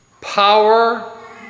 power